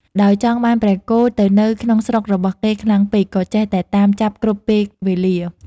ដោយចង់បានព្រះគោទៅនៅក្នុងស្រុករបស់គេខ្លាំងពេក ក៏ចេះតែតាមចាប់គ្រប់ពេលវេលា។